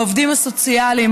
העובדים הסוציאליים,